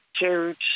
huge